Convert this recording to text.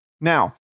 Now